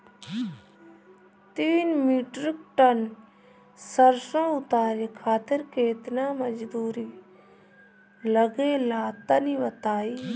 तीन metric ton सरसो उतारे खातिर केतना मजदूरी लगे ला तनि बताई?